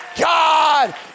God